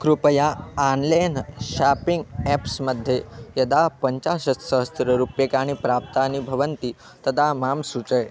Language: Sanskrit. कृपया आन्लैन् शापिङ्ग् एप्स् मध्ये यदा पञ्चाशत्सहस्ररूप्यकाणि प्राप्तानि भवन्ति तदा मां सूचय